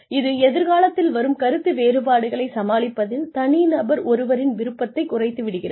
இது எதிர்காலத்தில் வரும் கருத்து வேறுபாடுகளை சமாளிப்பதில் தனிநபர் ஒருவரின் விருப்பத்தைக் குறைத்து விடுகிறது